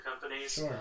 companies